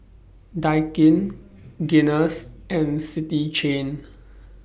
Daikin Guinness and City Chain